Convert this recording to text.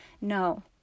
no